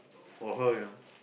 for her you know